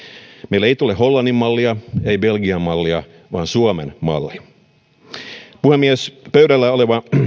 meille ei tule hollannin mallia ei belgian mallia vaan suomen malli puhemies pöydällä olevaan